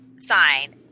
sign